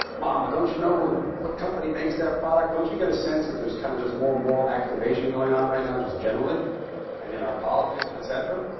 mom, but don't you know what what company makes that product? don't you get a sense that there's kind of just more moral activation going on right now just generally and in our politics, et cetera?